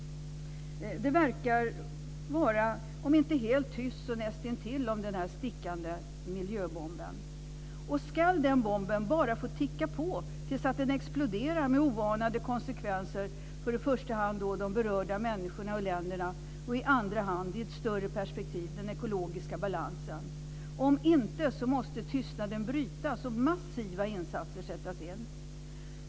Det verkar vara om inte helt tyst så nästintill om denna tickande miljöbomb. Ska den bomben bara få ticka på till dess att den exploderar med oanade konsekvenser som följd för i första hand de berörda människorna och länderna och i andra hand, i ett större perspektiv, den ekologiska balansen? Om inte måste tystnaden brytas och massiva insatser sättas in.